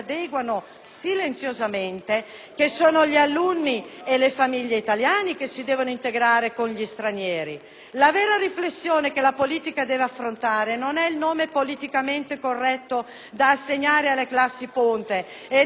che sono gli alunni e le famiglie italiane che si devono integrare con gli stranieri. La vera riflessione che la politica deve affrontare non è il nome politicamente corretto da assegnare alle classi ponte e nemmeno se sia il caso di istituirle: